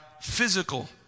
physical